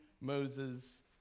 Moses